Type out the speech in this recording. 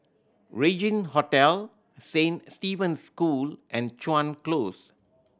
Regin Hotel Saint Stephen's School and Chuan Close